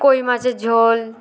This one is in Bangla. কই মাছের ঝোল